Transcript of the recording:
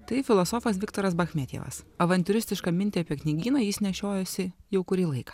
tai filosofas viktoras bachmetjevas avantiūristišką mintį apie knygyną jis nešiojosi jau kurį laiką